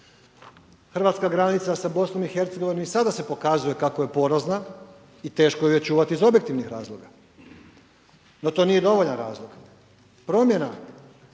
Hrvatska granica sa BiH i sada se pokazuje kako je porozna i teško ju je čuvati iz objektivnih razloga, no to nije dovoljan razlog, promjena